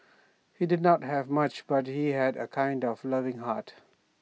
he did not have much but he had A kind and loving heart